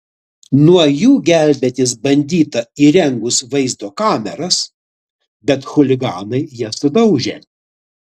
nuo jų gelbėtis bandyta įrengus vaizdo kameras bet chuliganai jas sudaužė